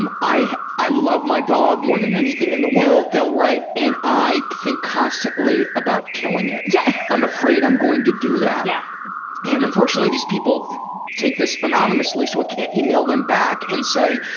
i i love my dog more than anything in the world, they'll write, and i think constantly about killing it. yeah! i'm afraid i'm going to do that! yeah and unfortunately, these people take this anonymously so i can't email them back and say,